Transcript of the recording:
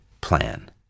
plan